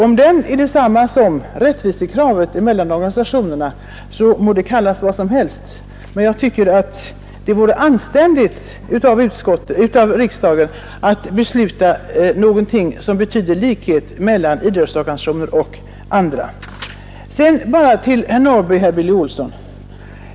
Om det är detsamma som kravet på rättvisa mellan organisationerna må det kallas vad som helst, men jag tycker att det vore anständigt av riksdagen att fatta ett beslut som betyder likhet mellan idrottsorganisationer och andra. Så några ord till herr Norrby i Gunnarskog och herr Olsson i Kil.